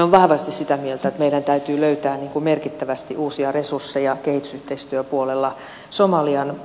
olen vahvasti sitä mieltä että meidän täytyy löytää merkittävästi uusia resursseja kehitysyhteistyöpuolella somalian